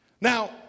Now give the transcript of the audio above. Now